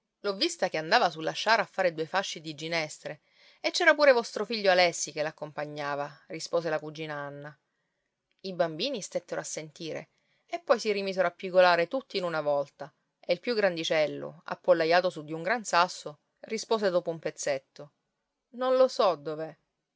l'ho vista che andava sulla sciara a fare due fasci di ginestre e c'era pure vostro figlio alessi che l'accompagnava rispose la cugina anna i bambini stettero a sentire e poi si rimisero a pigolare tutti in una volta e il più grandicello appollaiato su di un gran sasso rispose dopo un pezzetto non lo so dov'è